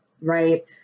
right